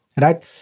right